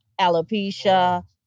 alopecia